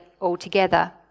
altogether